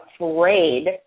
afraid